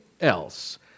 else